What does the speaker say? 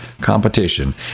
competition